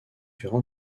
furent